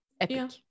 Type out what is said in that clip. epic